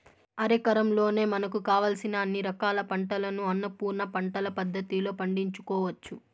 అరెకరంలోనే మనకు కావలసిన అన్ని రకాల పంటలను అన్నపూర్ణ పంటల పద్ధతిలో పండించుకోవచ్చు